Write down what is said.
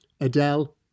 Adele